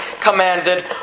commanded